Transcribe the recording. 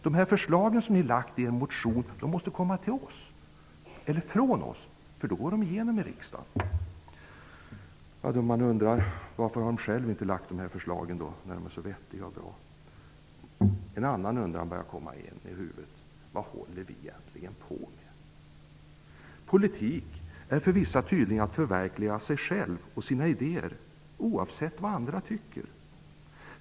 De förslag som ni har lagt fram i er motion måste komma från oss för att kunna gå igenom i riksdagen. Man undrar varför de själva inte har lagt fram dessa förslag när de vet att förslagen är så vettiga och bra. Man börjar fundera över vad man egentligen håller på med. Politik innebär för vissa tydligen att man skall förverkliga sig själv och sina ideéer oavsett vad andra tycker.